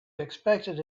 expected